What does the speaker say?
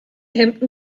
hemden